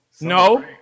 No